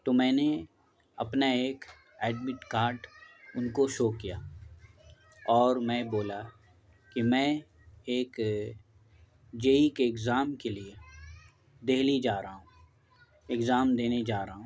تو میں نے اپنا ایک ایڈمٹ کارڈ ان کو شو کیا اور میں بولا کہ میں ایک جے ای کے ایگزام کے لیے دلی جا رہا ہوں ایگزام دینے جا رہا ہوں